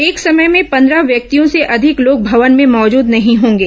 एक समय में पन्द्रह व्यक्तियों से अधिक लोग भवन में मौजूद नहीं होंगे